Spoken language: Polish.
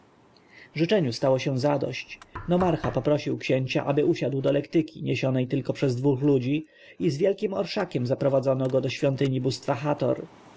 życzeniu stało się zadość nomarcha poprosił księcia aby usiadł do lektyki niesionej tylko przez dwóch ludzi i z wielkim orszakiem zaprowadził go do świątyni bóstwa hator